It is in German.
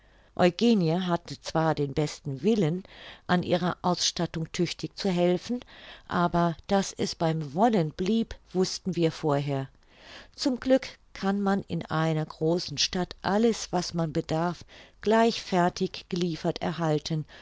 eugenie hatte zwar den besten willen an ihrer ausstattung tüchtig zu helfen aber daß es beim wollen blieb wußten wir vorher zum glück kann man in einer großen stadt alles was man bedarf gleich fertig geliefert erhalten